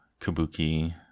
Kabuki